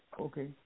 Okay